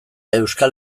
euskal